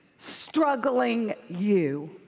struggling you.